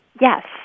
Yes